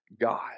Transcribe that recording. God